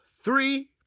three